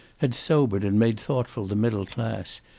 had sobered and made thoughtful the middle class,